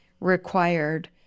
required